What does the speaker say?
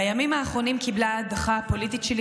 בימים האחרונים קיבלה ההדחה הפוליטית שלי